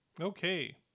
Okay